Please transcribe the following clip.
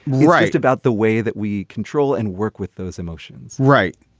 right about the way that we control and work with those emotions right.